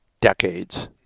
decades